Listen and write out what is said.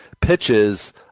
pitches